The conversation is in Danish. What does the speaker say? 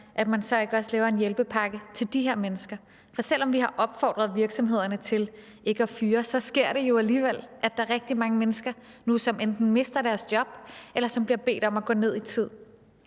at man så ikke også laver en hjælpepakke til de her mennesker. For selv om vi har opfordret virksomhederne til ikke at fyre, så sker det jo alligevel, at der er rigtig mange mennesker, der nu enten mister deres job eller bliver bedt om at gå ned i tid.